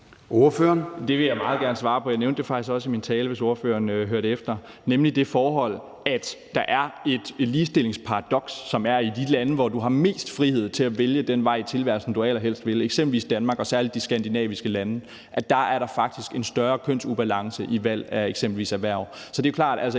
Det vil jeg meget gerne svare på. Jeg nævnte det faktisk også i min tale, hvis ordføreren hørte efter, nemlig det forhold, at der er det ligestillingsparadoks, at i de lande, hvor du har mest frihed til at vælge den vej i tilværelsen, du allerhelst vil, eksempelvis Danmark og særlig de skandinaviske lande, er der faktisk en større kønsubalance i valg af eksempelvis erhverv. Så det er jo klart, at